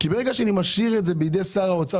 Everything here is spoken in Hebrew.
כי ברגע שאני משאיר את זה בידי שר האוצר